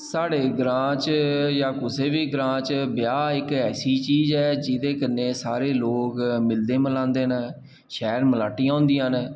साढ़े ग्रांऽ च जां कुसै बी ग्रांऽ च ब्याह् इक्क ऐसी चीज़ ऐ जेह्दे कन्नै सारे लोग मिलदे मलांदे न शैल मलाटियां होंदियां न